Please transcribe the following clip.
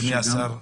אדוני השר,